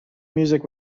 music